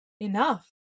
enough